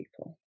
people